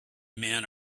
men